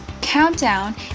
countdown